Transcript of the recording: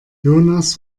jonas